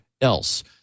else